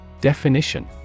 Definition